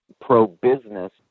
pro-business